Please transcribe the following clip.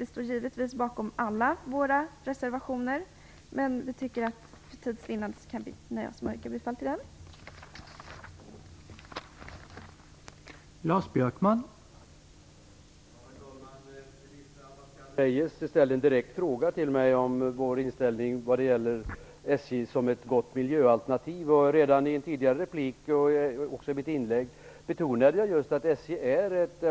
Jag står givetvis bakom alla våra reservationer, men för tids vinnande nöjer jag mig med att yrka bifall till